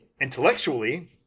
intellectually